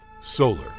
Solar